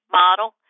model